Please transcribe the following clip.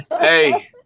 Hey